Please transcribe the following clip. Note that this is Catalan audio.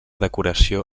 decoració